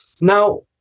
Now